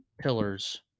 pillars